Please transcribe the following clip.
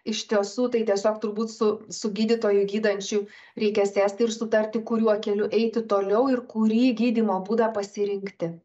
iš tiesų tai tiesiog turbūt su su gydytoju gydančių reikia sėsti ir sutarti kuriuo keliu eiti toliau ir kurį gydymo būdą pasirinkti